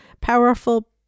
powerful